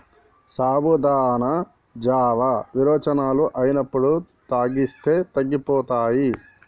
సాబుదానా జావా విరోచనాలు అయినప్పుడు తాగిస్తే తగ్గిపోతాయి